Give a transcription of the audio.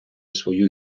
свою